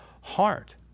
heart